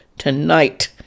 Tonight